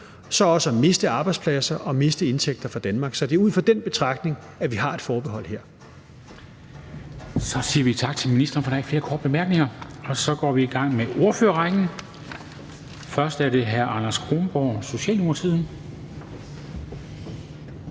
og at miste arbejdspladser og miste indtægter for Danmark. Så det er ud fra den betragtning, at vi har et forbehold her. Kl. 14:12 Formanden (Henrik Dam Kristensen): Så siger vi tak til ministeren, for der er ikke flere korte bemærkninger. Så går vi i gang med ordførerrækken. Først er det hr. Anders Kronborg, Socialdemokratiet.